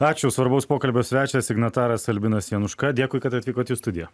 ačiū svarbaus pokalbio svečias signataras albinas januška dėkui kad atvykot į studiją